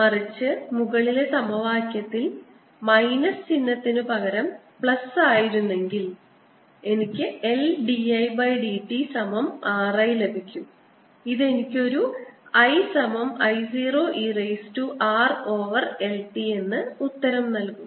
മറിച്ച് മുകളിലെ സമവാക്യത്തിൽ മൈനസ് ചിഹ്നത്തിന് പകരം പ്ലസ് ആയിരുന്നെങ്കിൽ എനിക്ക് L d I dt സമം R I ലഭിക്കും ഇത് എനിക്ക് ഒരു I സമം I 0 e raise to R over L t എന്ന് ഉത്തരം നൽകും